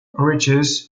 reaches